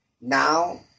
now